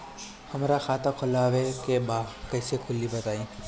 हमरा खाता खोलवावे के बा कइसे खुली बताईं?